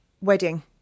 wedding